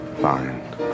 Fine